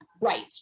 right